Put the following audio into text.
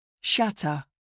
Shatter